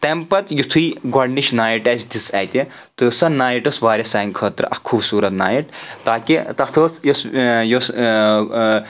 تَمہِ پَتہٕ یِتھُے گۄڈنِچ نایٹ اسہِ دِژھ اتہِ تہٕ سۄ نایٹ ٲس واریاہ سانہِ خٲطرٕ اکھ خوٗبصوٗرت نایٹ تاکہِ تتھ اوس یُس یُس